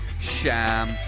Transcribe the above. Sham